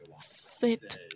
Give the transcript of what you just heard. sit